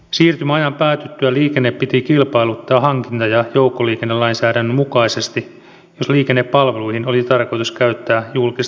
siirtymäajan päätyttyä liikenne piti kilpailuttaa hankinta ja joukkoliikennelainsäädännön mukaisesti jos liikennepalveluihin oli tarkoitus käyttää julkista tukea